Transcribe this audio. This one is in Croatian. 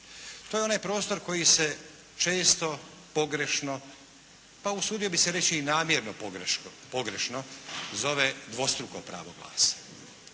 To je onaj prostor koji se često pogrešno, pa usudio bih se reći i namjerno pogrešno zove dvostruko pravo glasa.